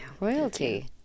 Royalty